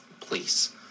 please